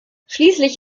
schließlich